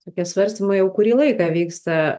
tokie svarstymai jau kurį laiką vyksta